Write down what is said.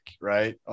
right